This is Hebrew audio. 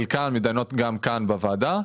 וחלקן מתדיינות גם כאן בוועדה.